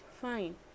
fine